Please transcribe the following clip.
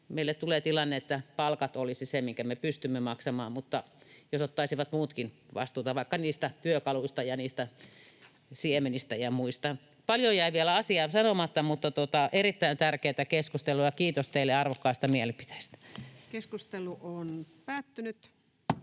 meille tulee tilanne, että palkat olisi se, minkä me pystymme maksamaan, mutta jos ottaisivat muutkin vastuuta vaikka niistä työkaluista ja niistä siemenistä ja muista. Paljon jäi vielä asiaa sanomatta, mutta tämä on erittäin tärkeätä keskustelua, ja kiitos teille arvokkaista mielipiteistä. [Speech 133]